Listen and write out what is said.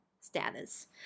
status